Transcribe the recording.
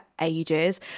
ages